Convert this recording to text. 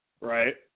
Right